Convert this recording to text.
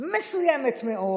מסוימת מאוד,